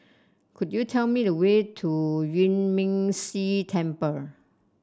could you tell me the way to Yuan Ming Si Temple